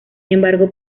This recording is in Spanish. embargo